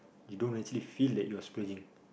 you don't really feel that you're splurging